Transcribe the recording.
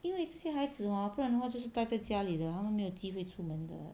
因为这些孩子 hor 不然的话就是待在家里的他们没有机会出门的